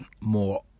more